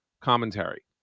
commentary